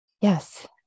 yes